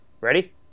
Ready